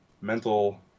mental